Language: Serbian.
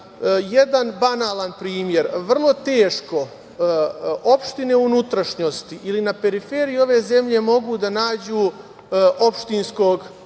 jedan banalan primer. Vrlo teško opštine u unutrašnjosti ili na periferiji ove zemlje mogu da nađu opštinskog